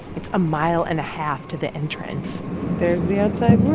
it's a mile and a half to the entrance there's the outside